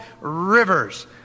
rivers